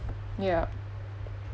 ya